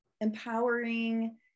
empowering